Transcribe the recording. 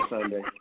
Sunday